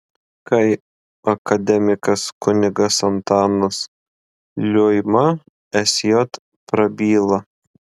kai akademikas kunigas antanas liuima sj prabyla